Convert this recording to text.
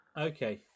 Okay